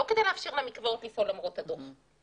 לא כדי לאפשר למקוואות לפעול למרות הדוח.